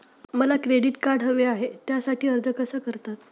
मला credit card हवे आहे त्यासाठी अर्ज कसा करतात?